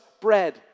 bread